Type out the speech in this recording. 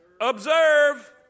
observe